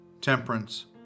temperance